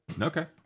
Okay